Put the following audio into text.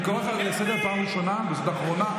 אני קורא אותך לסדר פעם ראשונה, וזאת אחרונה.